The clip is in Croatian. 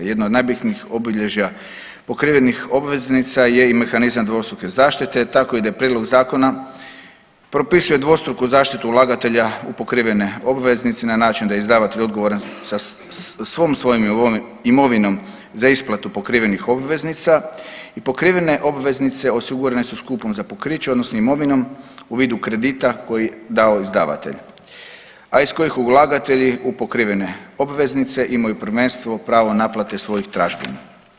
Jedna od najbitnijih obilježja pokrivenih obveznica je i mehanizam dvostruke zaštite tako ide Prijedlog zakona, propisuje dvostruku zaštitu ulagatelja u pokrivene obveznice na način da je izdavatelj odgovoran svom svojom imovinom za isplatu pokrivenih obveznica i pokrivene obveznice osigurane su skupom za pokriće odnosno imovinom u vidu kredita koji je dao izdavatelj, a iz kojih ulagatelji u pokrivene obveznice imaju prvenstvo pravo naplate svojih tražbina.